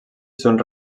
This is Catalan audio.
són